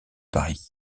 paris